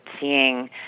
seeing